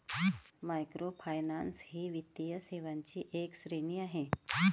microfinance ही वित्तीय सेवांची एक श्रेणी आहे